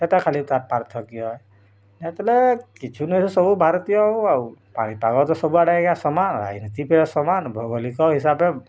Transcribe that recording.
ସେଇଟା ଖାଲି ତା ପାର୍ଥକ୍ୟ ଏଥିରେ କିଛି ନୁହଁ ସବୁ ଭାରତୀୟ ଆଉ ପାଣିପାଗ ତ ସବୁ ଆଡ଼େ ଆଜ୍ଞା ସମାନ୍ ରାଜନୀତି ସମାନ୍ ଭୌଗଳିକ ହିସାବେ